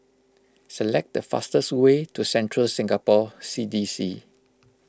select the fastest way to Central Singapore C D C